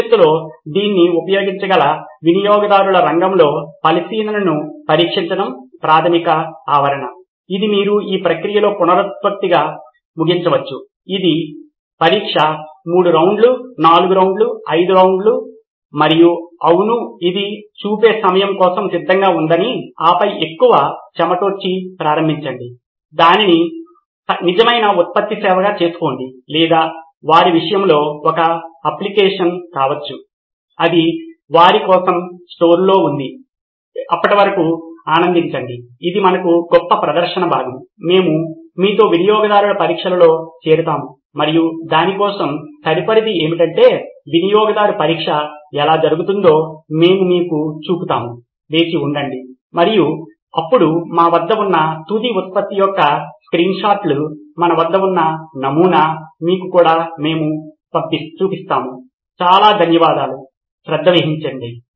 భవిష్యత్తులో దీన్ని ఉపయోగించగల వినియోగదారుల రంగంలో ఆలోచనను పరీక్షించడం ప్రాథమిక ఆవరణ ఇది మీరు ఈ ప్రక్రియను పునరుక్తిగా ముగించవచ్చు ఇది పరీక్ష మూడు రౌండ్లు నాలుగు రౌండ్లు ఐదు రౌండ్లు మరియు అవును అది చూపే సమయము కోసం సిద్ధంగా ఉందని ఆపై ఎక్కువ చెమటొడ్చి ప్రారంభించండి దానిని నిజమైన ఉత్పత్తి సేవగా చేసుకోండి లేదా వారి విషయంలో ఒక అప్లికేషన్ కావచ్చు అది వారి కోసం స్టోర్లో ఉంది అప్పటి వరకు ఆనందించండి ఇది మనకు గొప్ప ప్రదర్శన భాగము మేము మీతో వినియోగదారుల పరీక్షలలో చేరతాము మరియు దానికోసం తదుపరిది ఏమిటంటే వినియోగదారు పరీక్ష ఎలా జరుగుతుందో మేము మీకు చూపుతాము వేచి ఉండండి మరియు అప్పుడు మా వద్ద ఉన్న తుది ఉత్పత్తి యొక్క స్క్రీన్షాట్లు మన వద్ద ఉన్న నమూనా మీకు కూడా మేము చూపిస్తాము చాలా ధన్యవాదాలు శ్రద్ధ వహించండి